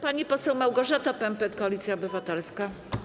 Pani poseł Małgorzata Pępek, Koalicja Obywatelska.